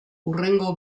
hurrengo